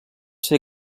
ser